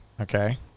okay